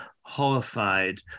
horrified